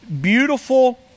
beautiful